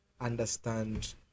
understand